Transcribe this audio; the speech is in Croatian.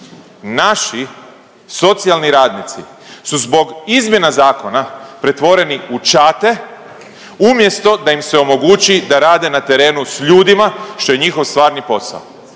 Naši socijalni radnici su zbog izmjena zakona pretvoreni u čate umjesto da im se omogući da rade na terenu s ljudima, što je njihov stvarni posao